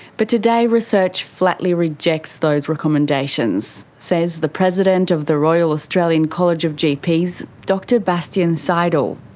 but today, research flatly rejects those recommendations, says the president of the royal australian college of gps, dr bastian seidel.